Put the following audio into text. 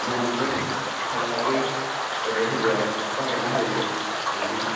महनसे फारलाब्रै ओरैहाय होदो आरो बारायना होयो बिदिनो